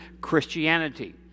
Christianity